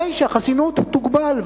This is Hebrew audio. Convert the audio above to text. הרי שהחסינות תוגבל,